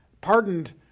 pardoned